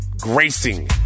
gracing